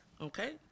okay